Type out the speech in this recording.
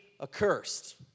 accursed